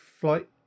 flight